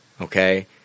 okay